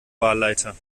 wahlleiter